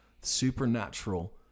supernatural